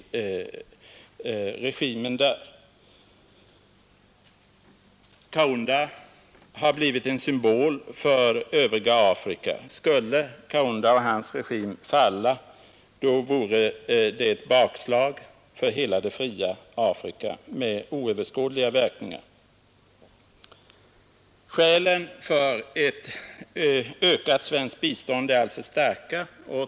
President = Zambia Kaunda har blivit en symbol för det fria Afrika. Skulle Kaunda och hans regim falla, vore detta ett bakslag för hela det fria Afrika med oöverskådliga verkningar. Skälen för ett ökat svenskt bistånd är alltså starka.